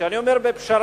וכשאני אומר "בפשרה",